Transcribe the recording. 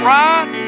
right